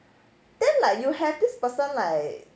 then like you have this person like